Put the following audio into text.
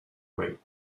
weight